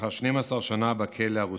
לאחר 12 שנים בכלא הרוסי.